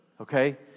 okay